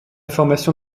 formation